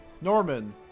Norman